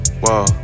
whoa